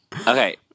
Okay